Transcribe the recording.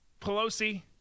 pelosi